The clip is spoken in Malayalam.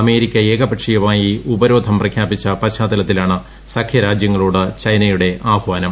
അമേരിക്ക ഏകപക്ഷീയമായി ഉപരോധം പ്രഖ്യാപിച്ച പശ്ചാത്തലത്തിലാണ് സഖ്യരാജ്യങ്ങളോട് ചൈനയുടെ ആഹ്വാനം